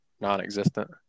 Non-existent